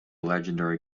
legendary